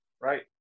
right